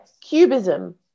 Cubism